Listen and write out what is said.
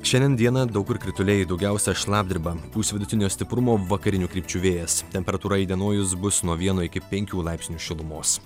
šiandien dieną daug kur krituliai daugiausia šlapdriba pūs vidutinio stiprumo vakarinių krypčių vėjas temperatūra įdienojus bus nuo vieno iki penkių laipsnių šilumos